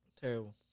Terrible